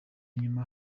nyuma